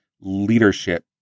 leadership